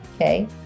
okay